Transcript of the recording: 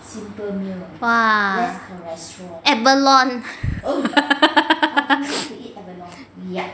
!wah! abalone